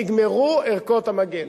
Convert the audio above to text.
נגמרו ערכות המגן.